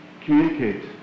communicate